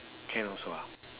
can also ah